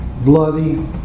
bloody